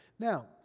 Now